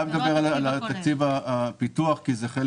אני חייב לדבר גם על תקציב הפיתוח כי הוא חלק